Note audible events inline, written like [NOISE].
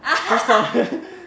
[LAUGHS]